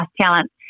talent